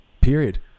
Period